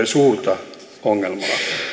suurta ongelmaa